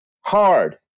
Hard